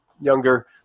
Younger